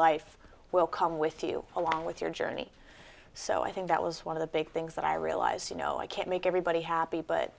life will come with you along with your journey so i think that was one of the big things that i realized you know i can't make everybody happy but